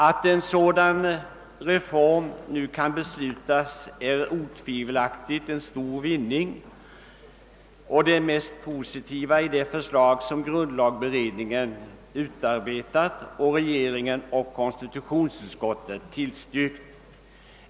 Att en sådan reform nu kan beslutas, är otvivelaktigt en stor vinning och det mest positiva i det förslag som grundlagberedningen utarbetat och regeringen och konstitutionsutskottet tillstyrkt.